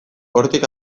hortik